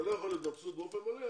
אתה לא יכול להיות מרוצה באופן מלא,